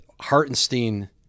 Hartenstein